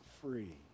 free